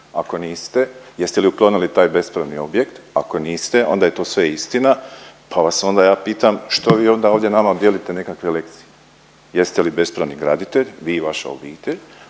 Ako niste jeste li uklonili taj bespravni objekt? Ako niste onda je to sve istina. Pa vas ja onda pitam što vi onda ovdje nama dijelite nekakve lekcije? Jeste li bespravni graditelj vi i vaša obitelj?